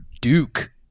duke